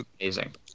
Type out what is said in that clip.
amazing